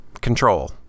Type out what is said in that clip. control